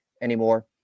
anymore